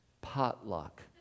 potluck